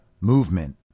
movement